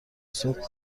صبح